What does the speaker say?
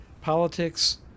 politics